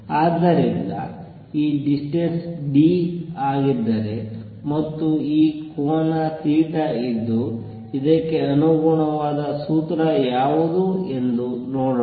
ಆದ್ದರಿಂದ ಈ distance d ಆಗಿದ್ದರೆ ಮತ್ತು ಈ ಕೋನ ಇದ್ದು ಇದಕ್ಕೆ ಅನುಗುಣವಾದ ಸೂತ್ರ ಯಾವುದು ಎಂದು ನೋಡೋಣ